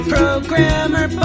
Programmer